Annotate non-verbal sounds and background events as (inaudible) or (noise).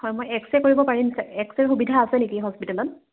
হয় মই X ray কৰিব পাৰিম (unintelligible) এক্সৰে সুবিধা আছে নেকি হস্পিটেলত